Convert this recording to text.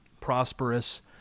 prosperous